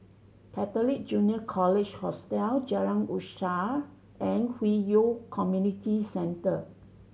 Catholic Junior College Hostel Jalan Usaha and Hwi Yoh Community Center